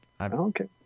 Okay